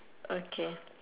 okay